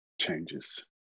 changes